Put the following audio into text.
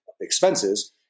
expenses